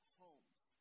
homes